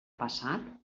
passat